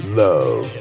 love